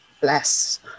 Bless